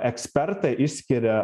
ekspertai išskiria